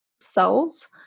cells